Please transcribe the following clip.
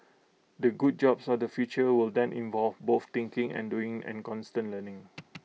the good jobs of the future will then involve both thinking and doing and constant learning